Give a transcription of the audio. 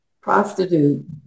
prostitute